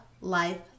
life